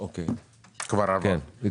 יטופל.